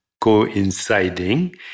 coinciding